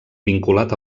vinculat